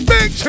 Big